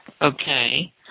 Okay